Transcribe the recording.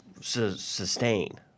sustain